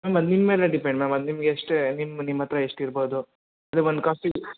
ಹಾಂ ಮ್ಯಾಮ್ ನಿಮ್ಮ ಮೇಲೆ ಡಿಪೆಂಡ್ ಮ್ಯಾಮ್ ಅದು ನಿಮಗೆ ಎಷ್ಟು ನಿಮ್ಮ ನಿಮ್ಮ ಹತ್ತಿರ ಎಷ್ಟಿರ್ಬೋದು ಅಂದರೆ ಒಂದು ಕಾಫಿ